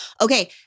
Okay